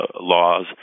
laws